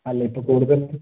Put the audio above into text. അല്ല ഇപ്പം കൂടുതലും